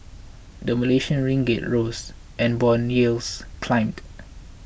the Malaysian Ringgit rose and bond yields climbed